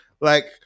Like-